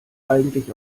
eigentlich